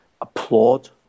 applaud